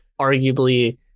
arguably